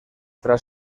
tras